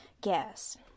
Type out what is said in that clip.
gas